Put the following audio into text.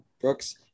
Brooks